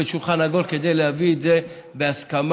כדי להביא את זה להסכמה.